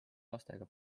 lastega